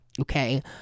okay